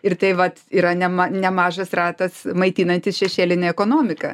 ir tai vat yra nema nemažas ratas maitinantis šešėlinę ekonomiką